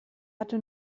hatte